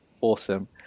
awesome